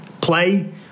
Play